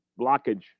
blockage